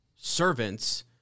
servants